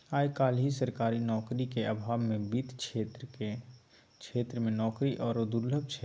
आय काल्हि सरकारी नौकरीक अभावमे वित्त केर क्षेत्रमे नौकरी आरो दुर्लभ छै